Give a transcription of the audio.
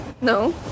no